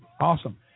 Awesome